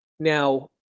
now